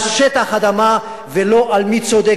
על שטח אדמה ולא על מי צודק,